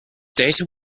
data